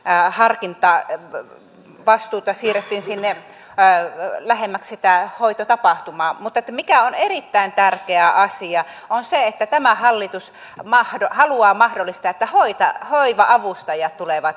pään harkintaa että vastuuta siirrettiin sille näy lähemmäksikään hoitotapahtumaa mutta mikä on erittäin tärkeä asia stukin lakisääteisten tehtävien hoitaminen turvataan ja miten päätöksenteon pohjaksi tarvittava tutkimustieto tulevaisuudessa hankitaan